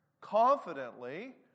confidently